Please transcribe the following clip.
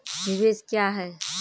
निवेश क्या है?